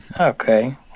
Okay